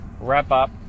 wrap-up